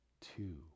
two